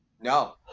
No